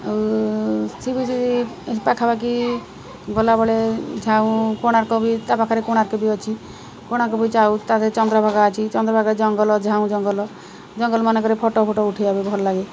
ଆଉ sea beach ଯଦି ପାଖା ପାଖି ଗଲାବେଳେ ଝାଉଁ କୋଣାର୍କ ବି ତା'ପାଖରେ କୋଣାର୍କ ବି ଅଛି କୋଣାର୍କ ବି ଯାଉ ତା'ହେଲେ ଚନ୍ଦ୍ରଭାଗା ଅଛି ଚନ୍ଦ୍ରଭାଗାରେ ଜଙ୍ଗଲ ଝାଉଁ ଜଙ୍ଗଲ ଜଙ୍ଗଲ ମାନଙ୍କରେ ଫଟୋ ଫଟୋ ଉଠାଇବାକୁ ଭଲ ଲାଗେ